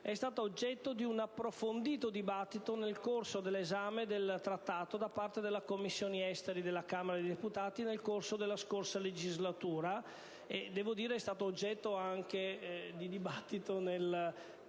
è stata oggetto di un approfondito dibattito nel corso dell'esame del Trattato da parte della Commissione esteri della Camera dei deputati nel corso della scorsa legislatura e anche da parte della Commissione esteri del Senato.